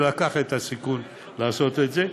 ולקח את הסיכון לעשות את זה,